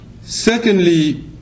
Secondly